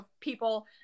people